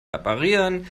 reparieren